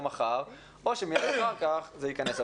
או מחר או שהם יגידו שאחר כך זה ייכנס.